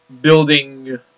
building